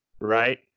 right